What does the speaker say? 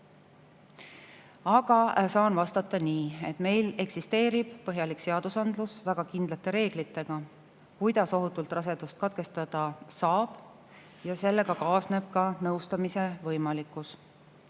Aga saan vastata nii, et meil eksisteerib põhjalik seadusandlus väga kindlate reeglitega, kuidas ohutult rasedust katkestada saab. Ja sellega kaasneb ka nõustamise võimalikkus.